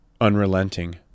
unrelenting